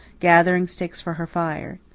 gathering sticks for her fire.